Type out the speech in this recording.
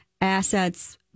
Assets